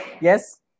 yes